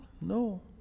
No